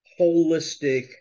holistic